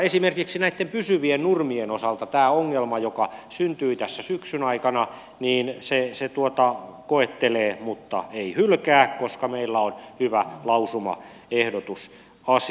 esimerkiksi näitten pysyvien nurmien osalta tämä ongelma joka syntyi tässä syksyn aikana koettelee mutta ei hylkää koska meillä on hyvä lausumaehdotus asiasta